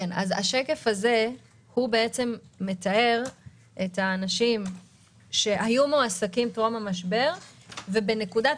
השקף הזה מתאר את האנשים שהיו מועסקים טרום המשבר ובנקודת